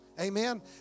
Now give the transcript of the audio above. Amen